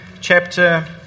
chapter